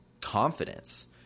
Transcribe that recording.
confidence